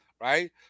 Right